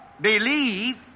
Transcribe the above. believe